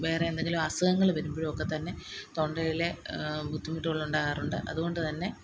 വേറെ എന്തെങ്കിലും അസുഖങ്ങൾ വരുമ്പോഴൊക്കെ തന്നെ തൊണ്ടയിലെ ബുദ്ധിമുട്ടുകൾ ഉണ്ടാകാറുണ്ട് അതുകൊണ്ട് തന്നെ